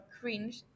Cringe